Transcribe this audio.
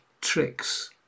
tricks